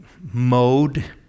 mode